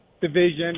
division